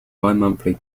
bimonthly